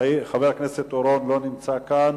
חבר הכנסת חיים אורון, לא נמצא כאן.